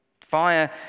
Fire